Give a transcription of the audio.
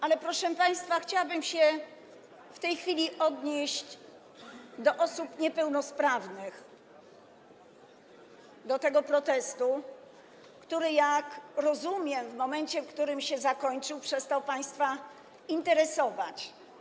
Ale, proszę państwa, chciałabym się w tej chwili odnieść do osób niepełnosprawnych, do tego protestu, który, jak rozumiem, w momencie, w którym się zakończył, przestał państwa interesować.